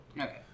okay